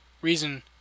reason